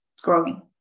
growing